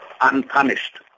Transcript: unpunished